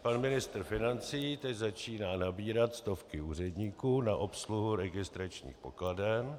Pan ministr financí teď začíná nabírat stovky úředníků na obsluhu registračních pokladen.